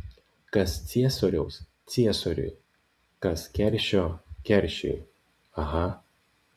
kas ciesoriaus ciesoriui kas keršio keršiui aha